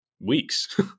weeks